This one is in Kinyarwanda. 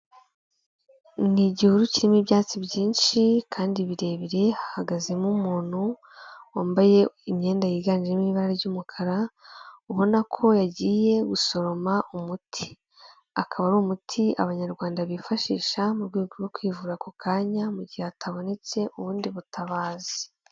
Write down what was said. Ni igihuru kirimo ibyatsi byinshi kandi birebire, hahagazemo umuntu wambaye imyenda yiganjemo ibara ry'umukara, ubona ko yagiye gusoroma umuti, akaba ari umuti Abanyarwanda bifashisha mu rwego rwo kwivura ako kanya mu gihe hatabonetse ubundi butabazi.